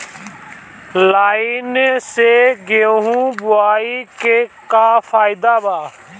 Line से गेहूं बोआई के का फायदा बा?